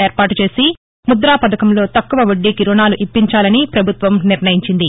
వీర్పాటు చేసి ముద్ద పథకంలో తక్కువ వద్లీకి రుణాలు ఇప్పించాలని ఆంధ్రప్రదేశ్ పభుత్వం నిర్లయించింది